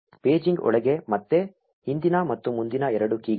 paging ಒಳಗೆ ಮತ್ತೆ ಹಿಂದಿನ ಮತ್ತು ಮುಂದಿನ ಎರಡು ಕೀ ಗಳಿವೆ